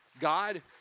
God